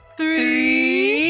three